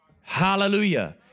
Hallelujah